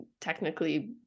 technically